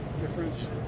difference